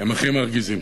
הם הכי מרגיזים.